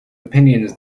opinions